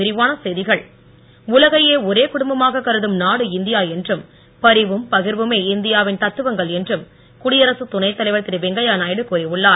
வெங்கையநாயுடு உலகையே ஒரே குடும்பமாக கருதும் நாடு இந்தியா என்றும் பரிவும் பகிர்வுமே இந்தியாவின் தத்துவங்கள் என்றும் குடியரசு துணைத் தலைவர் திரு வெங்கைய நாயுடு கூறி உள்ளார்